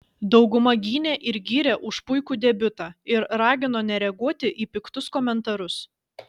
dauguma gynė ir gyrė už puikų debiutą ir ragino nereaguoti į piktus komentarus